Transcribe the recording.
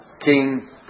king